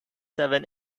seven